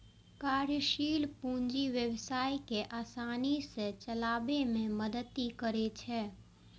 कार्यशील पूंजी व्यवसाय कें आसानी सं चलाबै मे मदति करै छै